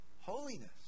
holiness